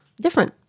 different